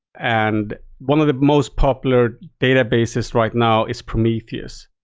and one of the most popular databases right now is prometheus.